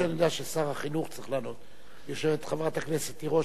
למרות שאני יודע ששר החינוך צריך לענות: יושבת חברת הכנסת תירוש,